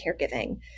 caregiving